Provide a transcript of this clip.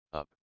up